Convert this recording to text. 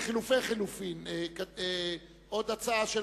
לסעיף 136(4) אין הסתייגויות.